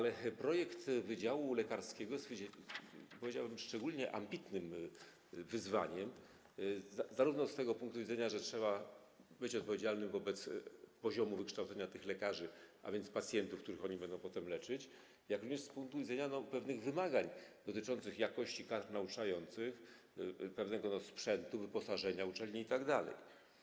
Jednak projekt wydziału lekarskiego jest, powiedziałbym, szczególnie ambitnym wyzwaniem zarówno z tego punktu widzenia, że trzeba być odpowiedzialnym za poziom wykształcenia tych lekarzy, a więc pacjentów, których oni będą potem leczyć, jak również z punktu widzenia pewnych wymagań dotyczących jakości kadr nauczających, sprzętu, wyposażenia uczelni itd.